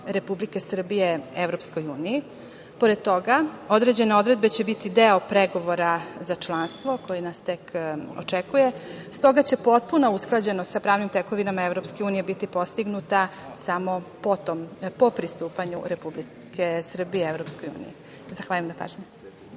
Republike Srbije EU.Pored toga, određene odredbe će biti deo pregovora za članstvo koji nas tek očekuje, s toga će potpuna usklađenost sa pravnim tekovinama EU biti postignuta samo po pristupanju Republike Srbije EU.Zahvaljujem na pažnji.